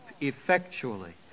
effectually